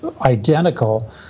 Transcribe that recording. identical